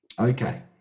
okay